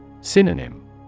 Synonym